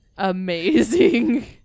Amazing